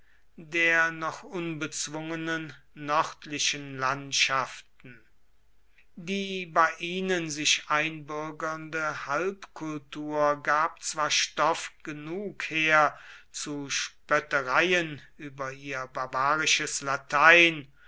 der noch unbezwungenen nördlichen landschaften die bei ihnen sich einbürgernde halbkultur gab zwar stoff genug her zu spöttereien über ihr barbarisches latein